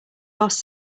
boss